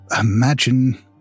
imagine